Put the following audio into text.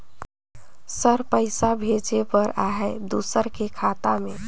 Sir पइसा भेजे बर आहाय दुसर के खाता मे?